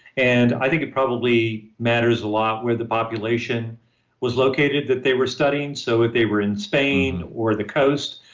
and i think it probably matters a lot where the population was located that they were studying. so, if they were in spain or the coast,